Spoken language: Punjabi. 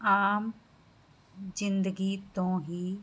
ਆਮ ਜ਼ਿੰਦਗੀ ਤੋਂ ਹੀ